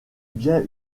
bien